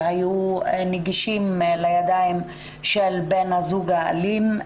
שהיו נגישים לידיים של בן הזוג האלים.